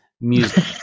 music